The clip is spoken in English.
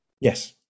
Yes